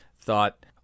thought